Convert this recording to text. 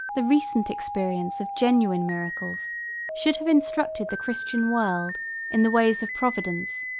the recent experience of genuine miracles should have instructed the christian world in the ways of providence,